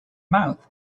mouth